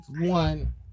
one